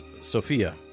Sophia